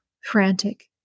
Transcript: frantic